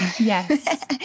Yes